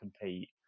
compete